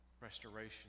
restoration